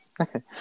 Okay